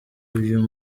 uyu